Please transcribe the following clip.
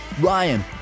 Ryan